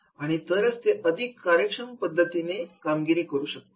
आणि तरच ते अधिक कार्यक्षमतेने काम करू शकतील